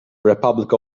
republic